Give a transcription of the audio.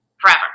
forever